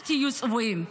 אל תהיו צבועים,